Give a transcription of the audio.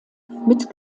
mit